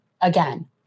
Again